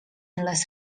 les